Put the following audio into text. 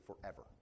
forever